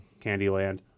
Candyland